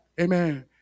Amen